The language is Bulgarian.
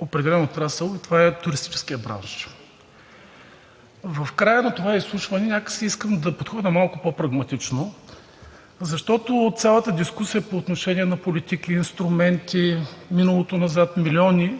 определен отрасъл, това е туристическият бранш. В края на това изслушване някак си искам да подходя малко по-прагматично, защото от цялата дискусия по отношение на политики, инструменти, миналото назад, милиони